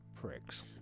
pricks